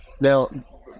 Now